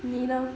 你呢